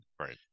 Right